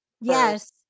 Yes